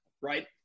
right